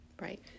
Right